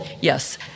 yes